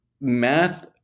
math